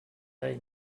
they